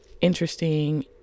interesting